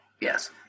yes